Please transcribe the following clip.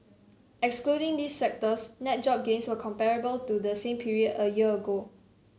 excluding these sectors net job gains were comparable to the same period a year ago